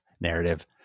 narrative